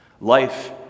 life